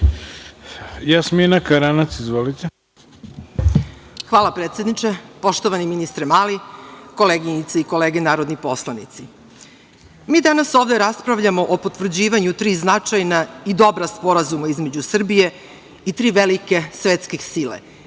**Jasmina Karanac** Hvala predsedniče. Poštovani ministre Mali, koleginice i kolege narodni poslanici, mi danas ovde raspravljamo o potvrđivanju tri značajna i dobra sporazuma između Srbije i tri velike svetske sile